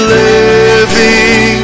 living